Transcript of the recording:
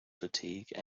fatigue